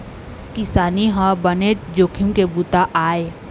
किसानी ह बनेच जोखिम के बूता आय